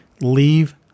Leave